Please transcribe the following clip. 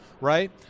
right